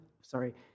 Sorry